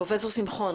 פרופסור שמחון,